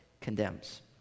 condemns